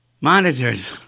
monitors